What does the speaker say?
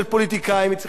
היא צריכה להיות פתוחה,